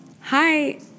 Hi